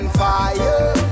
fire